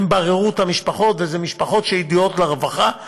הם בררו את המשפחות, ואלו משפחות שידועות לרווחה.